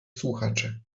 słuchacze